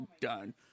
done